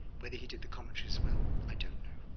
whether he did the commentary as well, i don't know,